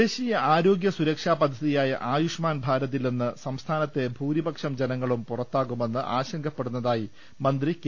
ദേശീയ ആരോഗ്യ സുരക്ഷാ പദ്ധതിയായ ആയുഷ്മാൻ ഭാരതിൽ നിന്ന് സംസ്ഥാനത്തെ ഭൂരിപക്ഷം ജനങ്ങളും പുറത്താകുമെന്ന് ആശങ്കപ്പെടുന്ന തായി മന്ത്രി കെ